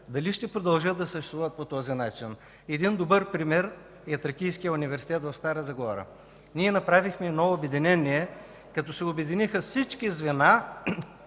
дали ще продължат да съществуват по този начин. Един добър пример е Тракийският университет в Стара Загора. Ние направихме едно обединение – обединиха се всички звена,